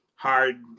Hard